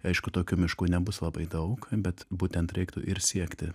aišku tokių miškų nebus labai daug bet būtent reiktų ir siekti